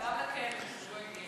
גם לכנס הוא לא הגיע.